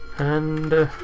and